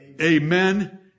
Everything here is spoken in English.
Amen